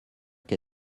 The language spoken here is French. qu’a